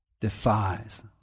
defies